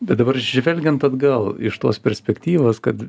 bet dabar žvelgiant atgal iš tos perspektyvos kad